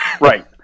right